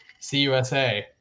CUSA